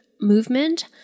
movement